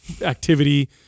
activity